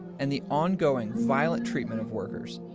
and the ongoing violent treatment of workers.